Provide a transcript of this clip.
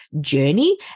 journey